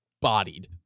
bodied